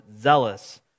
zealous